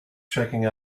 checking